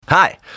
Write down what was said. Hi